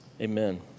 Amen